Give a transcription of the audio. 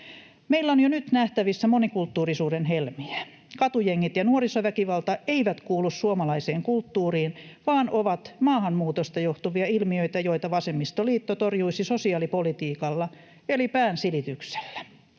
Meillä on jo nyt nähtävissä monikulttuurisuuden helmiä. Katujengit ja nuorisoväkivalta eivät kuulu suomalaiseen kulttuuriin vaan ovat maahanmuutosta johtuvia ilmiöitä, joita vasemmistoliitto torjuisi sosiaalipolitiikalla eli päänsilityksellä.